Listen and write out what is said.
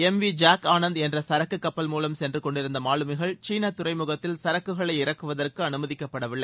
M V Jag Anand என்ற சரக்கு கப்பல் மூலம் சென்றுக்கொண்டிருந்த மாலுமிகள் சீள துறைமுகத்தில் சரக்குகளை இறக்குவதற்கு அனுமதிக்கப்படவில்லை